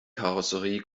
karosserie